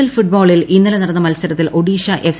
L ഫുട്ബോളിൽ ഇന്നലെ നടന്ന മത്സരത്തിൽ ഒഡീഷ എഫ്